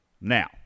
Now